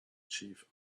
chief